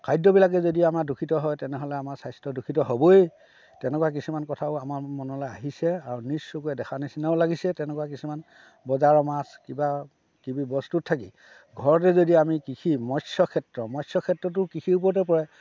খাদ্যবিলাকে যদি আমাৰ দূষিত হয় তেনেহ'লে আমাৰ স্বাস্থ্য দূষিত হ'বই তেনেকুৱা কিছুমান কথাও আমাৰ মনলৈ আহিছে আৰু নিজ চকুৰে দেখা নিচিনাও লাগিছে তেনেকুৱা কিছুমান বজাৰৰ মাছ কিবাকিবি বস্তুত থাকি ঘৰতে যদি আমি কৃষি মৎস্য়ক্ষেত্ৰ মৎস্য়ক্ষেত্ৰতো কৃষিৰ ওপৰতে পৰে